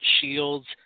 shields